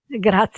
Grazie